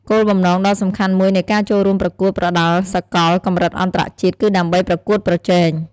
គោលបំណងដ៏សំខាន់មួយនៃការចូលរួមប្រកួតប្រដាល់សកលកម្រិតអន្តរជាតិ គឺដើម្បីប្រកួតប្រជែង។